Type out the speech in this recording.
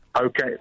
Okay